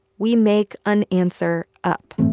we make an answer up.